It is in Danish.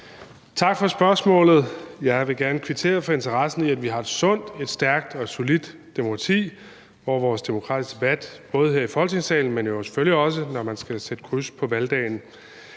Tak for spørgsmålet. Jeg vil gerne kvittere for interessen for, at vi har et sundt, stærkt og solidt demokrati ved vores demokratiske valg både her i Folketinget, men selvfølgelig også, når man skal sætte kryds på valgdagen.